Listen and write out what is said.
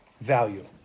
value